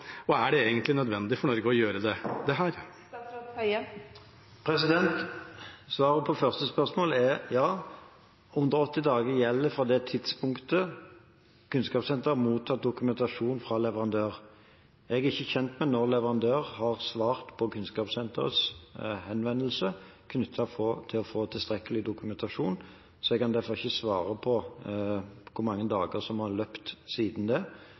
er det egentlig nødvendig for Norge å gjøre dette? Svaret på det første spørsmålet er: Ja, 180 dager gjelder fra det tidspunktet Kunnskapssenteret mottar dokumentasjon fra leverandøren. Jeg er ikke kjent med når leverandøren har svart på Kunnskapssenterets henvendelse knyttet til å få tilstrekkelig dokumentasjon, så jeg kan derfor ikke svare på hvor mange dager som har løpt siden det.